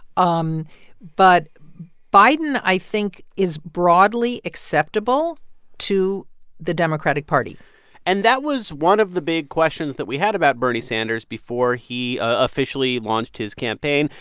um but biden, i think, is broadly acceptable to the democratic party and that was one of the big questions that we had about bernie sanders before he officially launched his campaign.